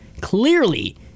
clearly